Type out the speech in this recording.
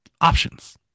options